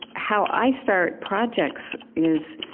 how i start projects is,